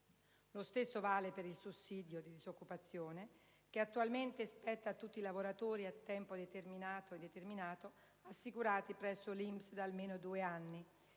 Lo stesso vale per il sussidio di disoccupazione, che attualmente spetta a tutti i lavoratori a tempo determinato e indeterminato assicurati presso l'INPS da almeno due anni,